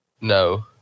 No